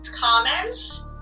comments